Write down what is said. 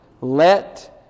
Let